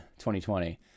2020